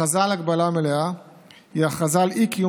הכרזה על הגבלה מלאה היא הכרזה על אי-קיום